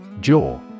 Jaw